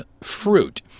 Fruit